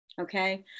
Okay